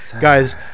guys